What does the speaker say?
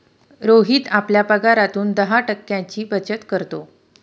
रोहित आपल्या पगारातून दहा टक्क्यांची बचत करतो